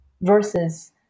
versus